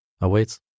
awaits